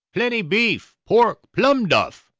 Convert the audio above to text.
plenty beef, pork, plum duff.